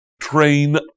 Train